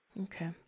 Okay